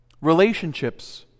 Relationships